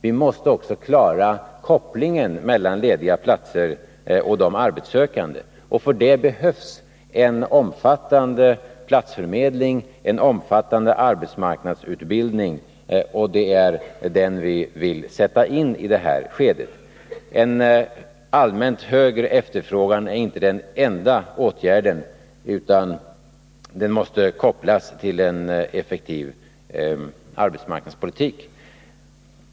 Vi måste också klara kopplingen mellan lediga platser och arbetssökande, och för detta behövs en omfattande platsförmedling och en omfattande arbetsmarknadsutbildning. Det är den vi vill sätta in i detta skede. En allmänt högre efterfrågan är inte tillräckligt. Den måste kopplas till en effektiv arbetsmarknadspolitik.